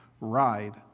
ride